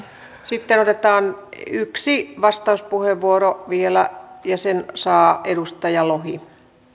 sitten otetaan yksi vastauspuheenvuoro vielä ja sen saa edustaja lohi